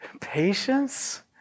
Patience